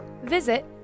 visit